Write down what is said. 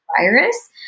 virus